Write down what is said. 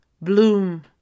bloom